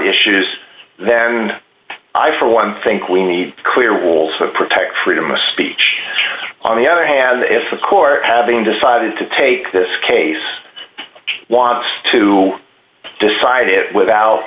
issues then i for one think we need clear rules that protect freedom of speech on the other hand if the court having decided to take this case wants to decide it without